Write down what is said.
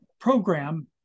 program